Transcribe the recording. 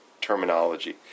terminology